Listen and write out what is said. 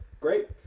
Great